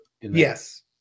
Yes